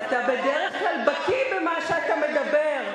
אתה בדרך כלל בקי במה שאתה מדבר,